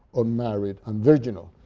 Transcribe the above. unmarried and virginal.